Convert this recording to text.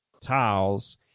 tiles